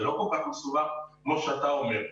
זה לא כל כך מסובך כמו שאתה אומר.